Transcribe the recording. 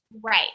Right